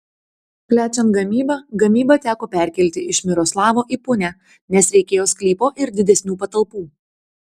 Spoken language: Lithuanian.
plečiant gamybą gamybą teko perkelti iš miroslavo į punią nes reikėjo sklypo ir didesnių patalpų